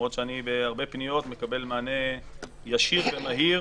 למרות שאני מקבל ממנו מענה ישיר ומהיר,